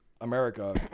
America